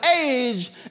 age